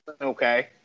okay